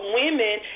women